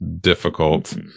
difficult